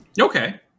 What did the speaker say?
Okay